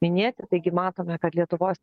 minėti taigi matome kad lietuvos